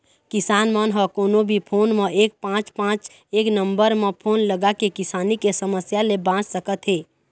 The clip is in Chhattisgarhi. किसान मन ह कोनो भी फोन म एक पाँच पाँच एक नंबर म फोन लगाके किसानी के समस्या ले बाँच सकत हे